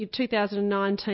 2019